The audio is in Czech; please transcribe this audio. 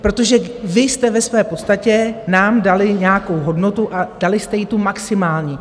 Protože vy jste ve své podstatě nám dali nějakou hodnotu a dali jste ji tu maximální.